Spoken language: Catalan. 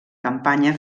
campanya